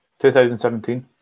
2017